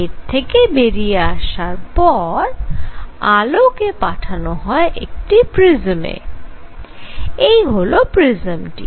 এর থেকে বেরিয়ে আসার পর আলো কে পাঠানো হয় একটি প্রিজমে এই হল প্রিজমটি